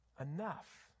Enough